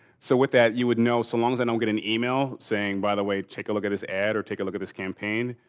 so, with that you would know so long as i don't get an email saying, by the way, take a look at this ad or take a look at this campaign,